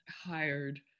Hired